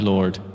Lord